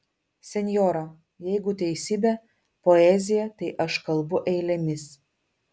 senjora jeigu teisybė poezija tai aš kalbu eilėmis